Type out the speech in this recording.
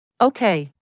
Okay